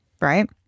right